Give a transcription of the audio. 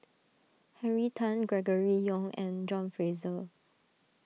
Henry Tan Gregory Yong and John Fraser